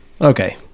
Okay